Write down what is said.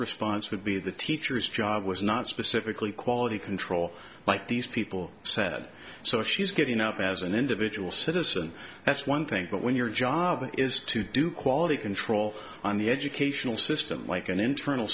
response would be the teacher's job was not specifically quality control like these people said so she's getting up as an individual citizen that's one thing but when your job is to do quality control on the educational system like an internal